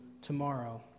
tomorrow